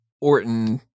Orton